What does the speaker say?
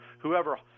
whoever